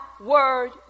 word